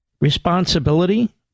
responsibility